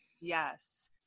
Yes